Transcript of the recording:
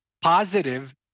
positive